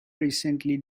recently